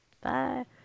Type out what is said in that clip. Bye